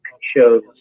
shows